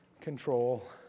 control